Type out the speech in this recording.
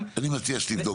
אני מציע שתבדוק את זה,